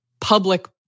public